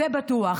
זה בטוח.